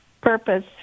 purpose